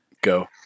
Go